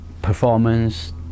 Performance